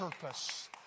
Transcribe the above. purpose